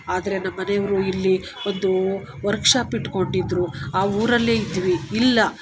ಆದರೆ ನಮ್ಮ ಮನೆಯವರು ಇಲ್ಲಿ ಒಂದು ವರ್ಕ್ ಶಾಪ್ ಇಟ್ಕೊಂಡಿದ್ರು ಆ ಊರಲ್ಲೇ ಇದ್ವಿ ಇಲ್ಲ